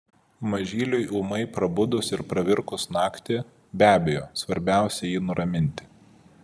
mažyliui ūmai prabudus ir pravirkus naktį be abejo svarbiausia jį nuraminti